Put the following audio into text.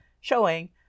showing